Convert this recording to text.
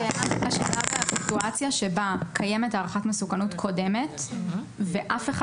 השאלה האם בסיטואציה שבה קיימת הערכת מסוכנות קודמת ואף אחד